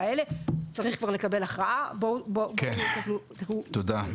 צריך כבר לקבל הכרעה, בואו תסיימו -- תודה רבה.